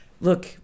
look